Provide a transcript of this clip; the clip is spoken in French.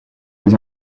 les